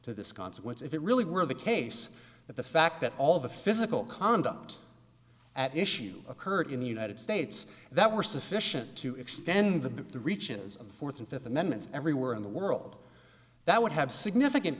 to this consequence if it really were the case that the fact that all of the physical conduct at issue occurred in the united states that were sufficient to extend the the reaches of the fourth and fifth amendments everywhere in the world that would have significant